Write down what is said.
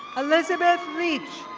elizabeth leech.